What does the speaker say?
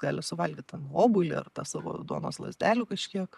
gali suvalgyt ten obuolį ar tą savo duonos lazdelių kažkiek